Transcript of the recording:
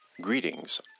Greetings